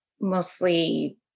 mostly